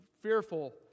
fearful